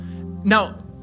Now